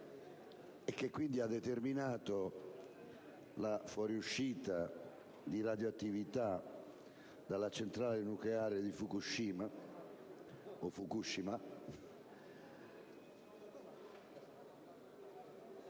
che ha determinato la fuoriuscita di gas radioattivi dalla centrale nucleare di Fukushima,